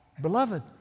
Beloved